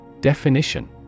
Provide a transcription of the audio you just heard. Definition